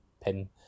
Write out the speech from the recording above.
pin